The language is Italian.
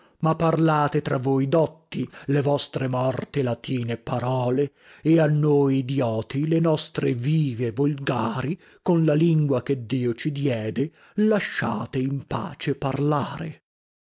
ma parlate tra voi dotti le vostre morte latine parole e a noi idioti le nostre vive volgari con la lingua che dio ci diede lasciate in pace parlare